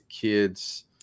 kids